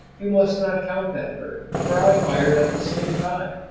you must not count that bird, for i fired at the same time,